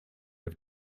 have